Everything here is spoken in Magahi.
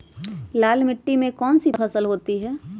लाल मिट्टी में कौन सी फसल होती हैं?